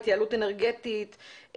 התייעלות אנרגטית,